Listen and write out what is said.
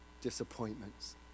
disappointments